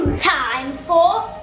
time for